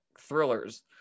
thrillers